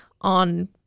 on